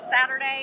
Saturday